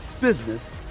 business